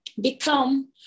become